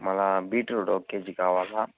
మళ్ళీ బీట్రూట్ ఒక కేజీ కావాలి